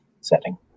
setting